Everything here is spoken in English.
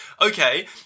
okay